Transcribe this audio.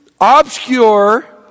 obscure